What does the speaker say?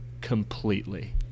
completely